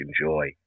enjoy